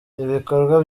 ibikorwa